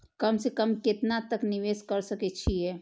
कम से कम केतना तक निवेश कर सके छी ए?